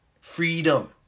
Freedom